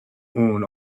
own